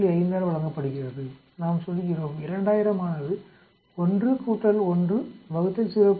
5 ஆல் வழங்கப்படுகிறது நாம் சொல்கிறோம் 2000 ஆனது 1 1 0